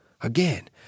Again